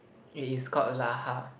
it is called Lahar